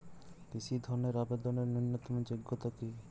কৃষি ধনের আবেদনের ন্যূনতম যোগ্যতা কী?